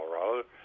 Colorado